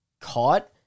caught